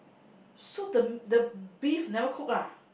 so the the beef never cook ah